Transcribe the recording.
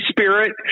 Spirit